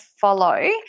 follow